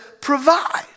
provide